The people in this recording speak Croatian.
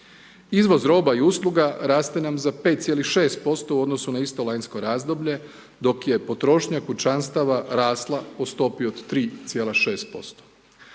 Izvoz roba i usluga raste nam za 5,6% u odnosu na isto lanjsko razdoblje dok je potrošnja kućanstava rasla po stopi od 3,6%.